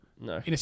No